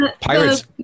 Pirates